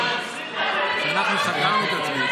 אין בתים כי